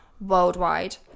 worldwide